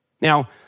Now